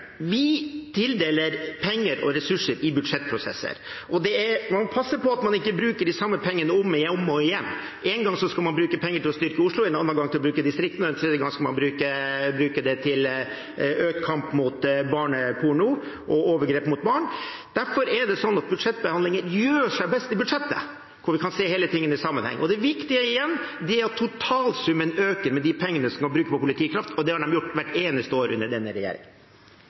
vi tildeler penger og ressurser i budsjettprosesser. Man må passe på at man ikke bruker de samme pengene om og om igjen. Én gang skal man bruke penger til å styrke Oslo, en annen gang til distriktene, en tredje gang skal man bruke pengene til økt kamp mot barneporno og overgrep mot barn. Derfor er det sånn at budsjettbehandlingen gjør seg best i budsjettet, der vi kan se alle tingene i sammenheng. Det viktige er at totalsummen øker med de pengene som kan brukes til politikraft, og det har den gjort hvert eneste år under denne